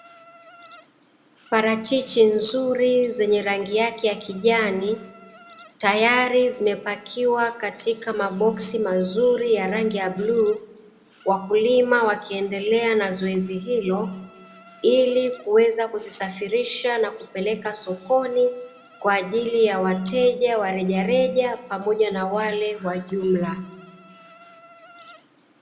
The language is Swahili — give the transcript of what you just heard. Parachichi nzuri zenye rangi yake ya kijani, tayari zimepakiwa katika maboksi mazuri ya rangi ya bluu. Wakulima wakiendelea na zoezi hilo ili kuweza kuzisafirisha na kuzipeleka sokoni kwa ajili ya wateja wa rejareja pamoja na wale wa jumla.